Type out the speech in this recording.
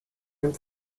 einem